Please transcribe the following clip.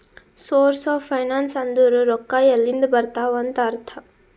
source of finance ಅಂದುರ್ ರೊಕ್ಕಾ ಎಲ್ಲಿಂದ್ ಬರ್ತಾವ್ ಅಂತ್ ಅರ್ಥ